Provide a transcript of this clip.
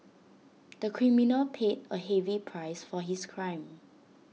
the criminal paid A heavy price for his crime